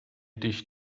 dich